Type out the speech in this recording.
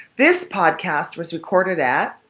this podcast was recorded at.